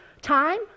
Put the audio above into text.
time